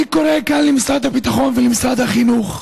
אני קורא כאן למשרד הביטחון ולמשרד החינוך: